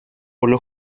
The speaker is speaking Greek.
όλο